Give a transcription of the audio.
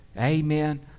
Amen